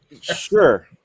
sure